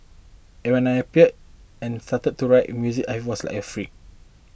and when I appeared and started to write music I was like a freak